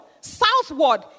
southward